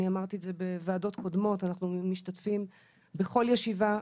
אני אמרתי את זה בוועדות קודמות: אנחנו משתתפים בכל ישיבה,